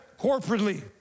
corporately